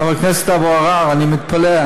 חבר הכנסת אבו עראר, אני מתפלא.